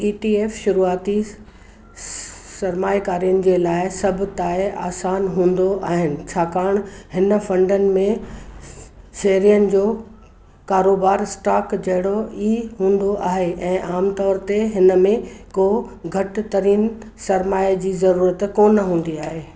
ई T F शुरुआती सरमायाकारनि जे लाइ सभु ताईं आसान हूंदो आहिनि छाकाणि हिन फंडनि में शेयरनि जो कारोबार स्टॉक जहिड़ो ई हूंदो आहे ऐं आमतौर ते हिन में को घटि तरीन सरमाए जी ज़रूरत कोन हूंदी आहे